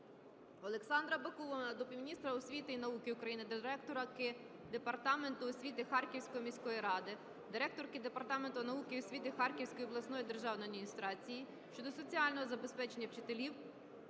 Олександра Бакумова до міністра освіти і науки України, директорки Департаменту освіти Харківської міської ради, директорки Департаменту науки і освіти Харківської обласної державної адміністрації щодо соціального забезпечення вчителів